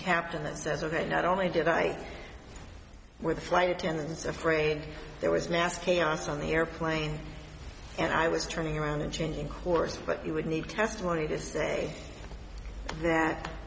captain that says ok not only did i wear the flight attendants afraid there was mass chaos on the airplane and i was turning around and changing course but you would need testimony to say that